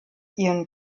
ihren